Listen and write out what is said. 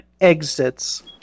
Exits